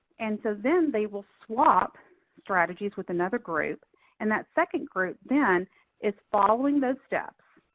and so then they will swap strategies with another group and that second group then is following those steps.